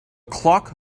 clock